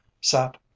sat